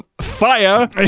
fire